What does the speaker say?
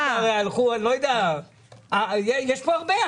יש כאן הרבה.